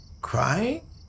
crying